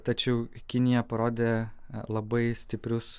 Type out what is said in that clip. tačiau kinija parodė labai stiprius